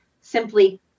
simply